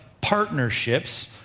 partnerships